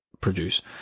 produce